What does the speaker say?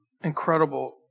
incredible